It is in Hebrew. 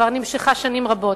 שנמשכה כבר שנים רבות.